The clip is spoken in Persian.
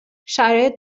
شرایط